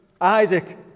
Isaac